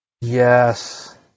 Yes